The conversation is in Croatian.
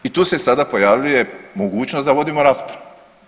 I tu se sada pojavljuje mogućnost da vodimo raspravu.